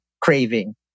craving